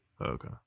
Okay